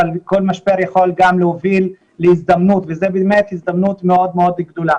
אבל כל משבר יכול גם להוביל להזדמנות וזו באמת הזדמנות מאוד גדולה.